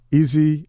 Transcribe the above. easy